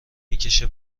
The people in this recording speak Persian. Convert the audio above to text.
میکشه